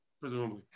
presumably